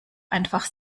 einfach